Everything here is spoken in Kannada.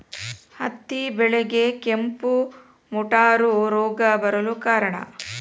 ಹತ್ತಿ ಬೆಳೆಗೆ ಕೆಂಪು ಮುಟೂರು ರೋಗ ಬರಲು ಕಾರಣ?